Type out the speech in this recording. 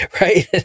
right